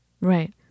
Right